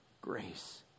grace